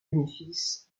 bénéfices